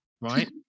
right